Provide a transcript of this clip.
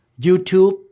YouTube